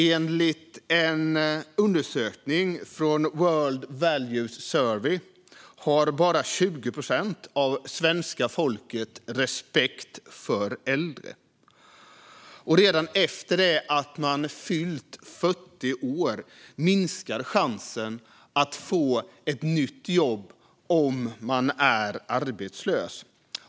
Enligt en undersökning från World Values Survey har bara 20 procent av svenska folket respekt för äldre. Redan efter det att man fyllt 40 år minskar chansen att få ett nytt jobb om man är arbetslös.